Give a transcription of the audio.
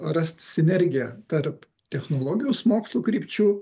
rast sinergiją tarp technologijos mokslų krypčių